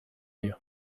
you